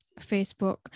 Facebook